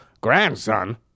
grandson